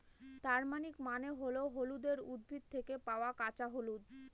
turmeric মানে হল হলুদের উদ্ভিদ থেকে পাওয়া কাঁচা হলুদ